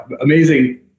amazing